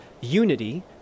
unity